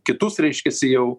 kitus reiškiasi jau